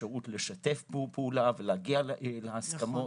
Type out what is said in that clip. האפשרות לשתף פעולה ולהגיע להסכמות.